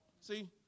See